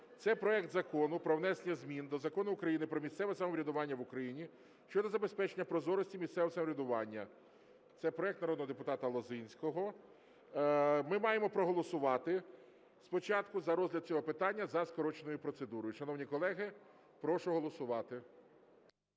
це проект Закону про внесення змін до Закону України "Про місцеве самоврядування в Україні" щодо забезпечення прозорості місцевого самоврядування. Це проект народного депутата Лозинського. Ми маємо проголосувати спочатку за розгляд цього питання за скороченою процедурою. Шановні колеги, прошу голосувати.